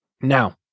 Now